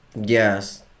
Yes